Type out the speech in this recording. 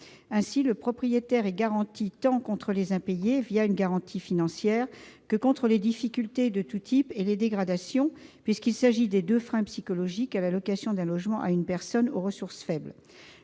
Ainsi, le propriétaire est garanti tant contre les impayés une garantie financière que contre les difficultés de tous types et les dégradations- il s'agit des deux freins psychologiques à la location d'un logement à une personne aux ressources faibles.